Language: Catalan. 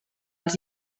els